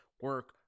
Work